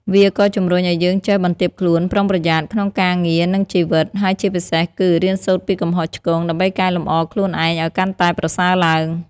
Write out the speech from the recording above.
វាក៏ជំរុញឱ្យយើងចេះ បន្ទាបខ្លួន ប្រុងប្រយ័ត្ន ក្នុងការងារនិងជីវិត ហើយជាពិសេសគឺ រៀនសូត្រពីកំហុសឆ្គង ដើម្បីកែលម្អខ្លួនឯងឱ្យកាន់តែប្រសើរឡើង។